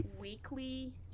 weekly